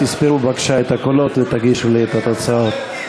תספרו בבקשה את הקולות ותגישו לי את התוצאות.